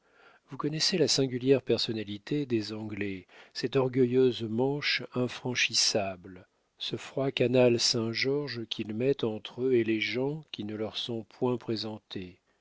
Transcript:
vous connaissez la singulière personnalité des anglais cette orgueilleuse manche infranchissable ce froid canal saint-georges qu'ils mettent entre eux et les gens qui ne leur sont point présentés